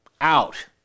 out